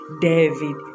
David